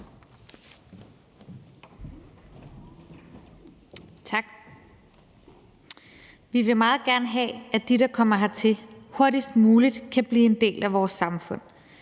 Tak. Vi vil meget gerne have, at de, der kommer hertil, hurtigst muligt kan blive en del af vores samfund: